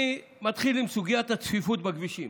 אני מתחיל עם סוגיית הצפיפות בכבישים.